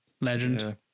legend